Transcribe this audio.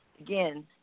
Again